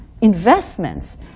investments